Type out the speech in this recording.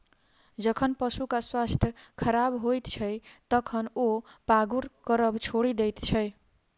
जखन पशुक स्वास्थ्य खराब होइत छै, तखन ओ पागुर करब छोड़ि दैत छै